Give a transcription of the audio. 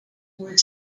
were